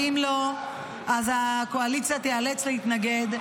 ואם לא, אז הקואליציה תיאלץ להתנגד,